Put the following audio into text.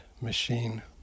machine